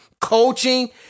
coaching